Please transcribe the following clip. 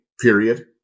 period